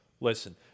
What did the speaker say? Listen